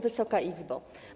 Wysoka Izbo!